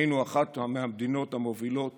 היינו אחת מהמדינות המובילות